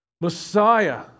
Messiah